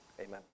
amen